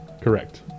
Correct